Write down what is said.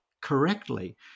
correctly